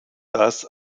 das